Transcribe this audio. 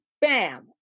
Bam